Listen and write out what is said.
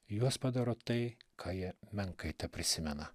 juos padaro tai ką jie menkai teprisimena